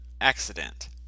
accident